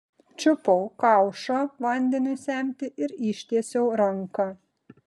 čiupau kaušą vandeniui semti ir ištiesiau ranką